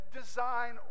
design